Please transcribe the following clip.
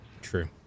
true